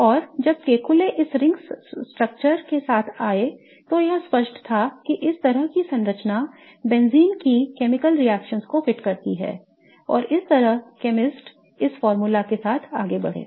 और जब केकुले इस रिंग संरचना के साथ आए तो यह स्पष्ट था कि इस तरह की संरचना बेंजीन की रासायनिक रिएक्शनओं को फिट करती है और इस तरह केमिस्ट इस सूत्र के साथ आगे बढ़े